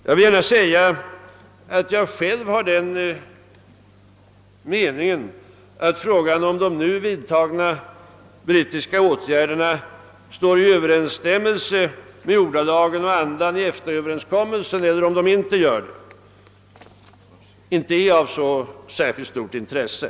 Jag har själv den meningen att frågan, huruvida de nu vidtagna politiska åtgärderna står i överensstämmelse med ordalagen och andan i EFTA-överenskommelsen eller om de inte gör det, inte är av särskilt stort intresse.